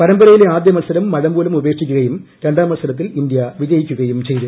പരമ്പരയിലെ ആദ്യ മത്സരം മഴമൂലം ഉപേക്ഷിക്കുകയും രണ്ടാം മത്സരത്തിൽ ഇന്ത്യ ജയിക്കുകയും ചെയ്തു